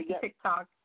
TikTok